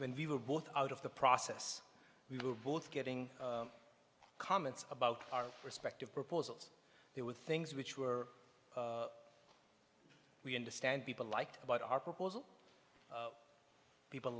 when we were both out of the process we were both getting comments about our respective proposals they were things which were we understand people liked about our proposal people